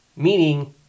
Meaning